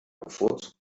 bevorzugt